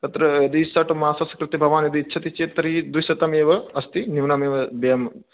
तत्र यदि षट् मासस्य कृते भवान् इच्छति चेत् तर्हि द्विशतमेव अस्ति न्यूनमेव देयं